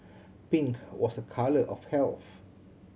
pink was colour of health